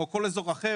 או כל אזור אחר,